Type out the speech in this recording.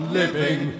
living